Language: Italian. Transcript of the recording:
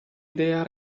idea